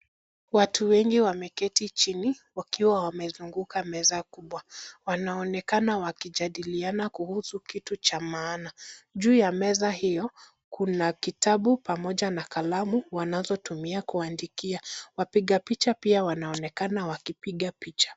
Watu wengi wameketi chini wakiwa wamezunguka meza kubwa. Wanaonekana wakijadiliana kuhusu kitu cha maana. Juu ya meza hio, kuna vitabu pamoja na kalamu wanazotumia kuandikia. Wapiga picha pia wanaonekana wakipiga picha.